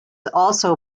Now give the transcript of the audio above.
also